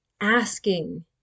asking